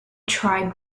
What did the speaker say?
tribe